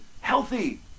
healthy